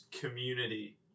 community